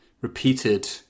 repeated